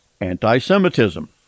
anti-Semitism